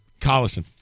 Collison